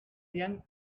young